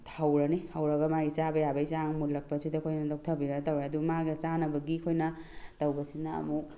ꯍꯧꯔꯅꯤ ꯍꯧꯔꯅꯤ ꯍꯧꯔꯒ ꯃꯥꯒꯤ ꯆꯥꯕ ꯌꯥꯕꯒꯤ ꯆꯥꯡ ꯃꯨꯜꯂꯛꯄꯁꯤꯗ ꯑꯩꯈꯣꯏꯅ ꯂꯧꯊꯕꯤꯔꯒ ꯇꯧꯔꯒ ꯑꯗꯨ ꯃꯥꯒ ꯆꯥꯟꯅꯕꯒꯤ ꯑꯩꯈꯣꯏꯅ ꯇꯧꯕꯁꯤꯅ ꯑꯃꯨꯛ